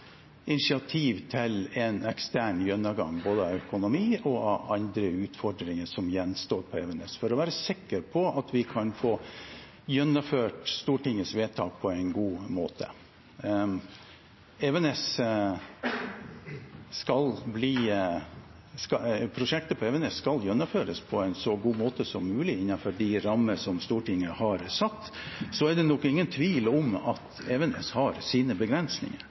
initiativ til en ekstern gjennomgang av både økonomi og andre utfordringer som gjenstår på Evenes, for å være sikker på at vi kan få gjennomført Stortingets vedtak på en god måte. Prosjektet på Evenes skal gjennomføres på en så god måte som mulig, innenfor de rammer som Stortinget har satt. Så er det nok ingen tvil om at Evenes har sine begrensninger.